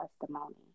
testimony